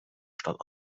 stand